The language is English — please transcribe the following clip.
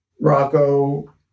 Rocco